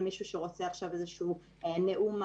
את המידע על מה שעושים הבנים והבנות שלהם,